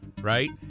right